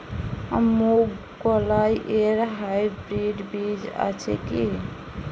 মুগকলাই এর হাইব্রিড বীজ আছে কি?